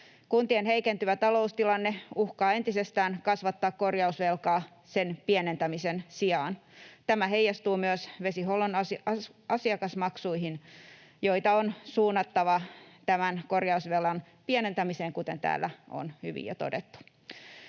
Kuntien heikentyvä taloustilanne uhkaa entisestään kasvattaa korjausvelkaa sen pienentämisen sijaan. Tämä heijastuu myös vesihuollon asiakasmaksuihin, joita on suunnattava tämän korjausvelan pienentämiseen, kuten täällä on hyvin jo todettu.